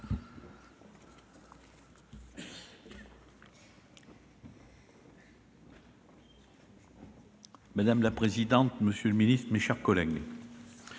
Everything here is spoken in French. Madame la présidente, monsieur le ministre, mes chers collègues,